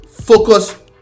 Focus